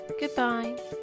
Goodbye